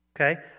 Okay